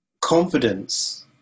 confidence